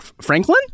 Franklin